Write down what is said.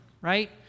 right